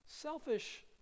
Selfish